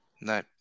No